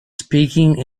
speaking